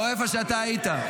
לא איפה שאתה היית.